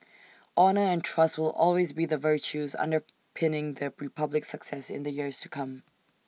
honour and trust will also be the virtues underpinning the republic's success in the years to come